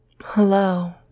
Hello